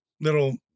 little